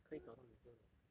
可以找到女生的